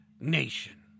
nation